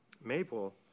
Maple